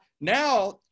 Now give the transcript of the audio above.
now